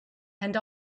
and